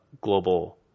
global